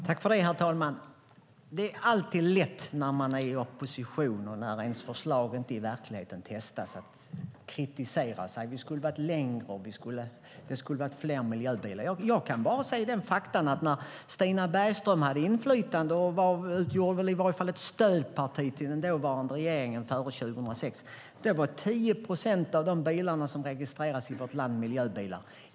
Herr talman! Det är alltid lätt när man är i opposition och ens egna förslag inte testas i verkligheten att kritisera - det ska finnas fler miljöbilar. När Stina Bergström hade inflytande och hennes parti utgjorde ett stödparti till den dåvarande regeringen före 2006 var 10 procent av bilarna som registrerades i vårt land miljöbilar.